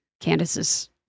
Candace's